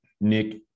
Nick